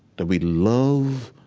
that we love